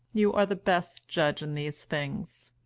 you are the best judge in these things.